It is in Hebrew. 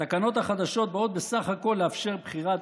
התקנות החדשות באות בסך הכול לאפשר בחירת